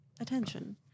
attention